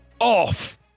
off